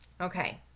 Okay